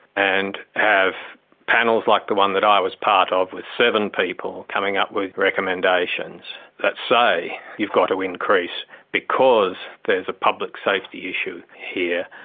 and have panels like the one that i was part of, with seven people coming up with recommendations that say you've got to increase because there's a public safety issue here,